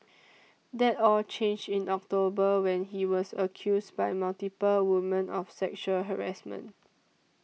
that all changed in October when he was accused by multiple women of sexual harassment